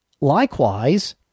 Likewise